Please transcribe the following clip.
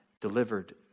delivered